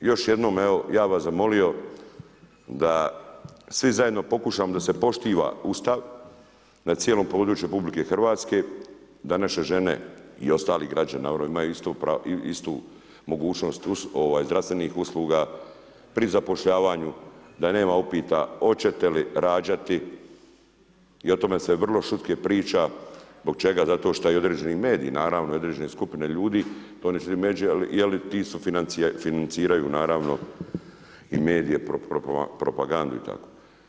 Još jednom evo ja bih vas zamolio da svi zajedno pokušamo da se poštiva Ustav na cijelom području RH, da naše žene i ostali građani naravno imaju istu mogućnost zdravstvenih usluga, pri zapošljavanju, da nema upita hoćete li rađati i o tome se vrlo šutke priča zbog čega zato šta i određeni mediji naravno i određene skupine ljudi … jeli ti financiraju naravno i medije propagandu i tako.